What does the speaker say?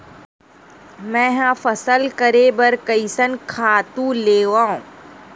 मैं ह फसल करे बर कइसन खातु लेवां?